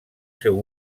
seu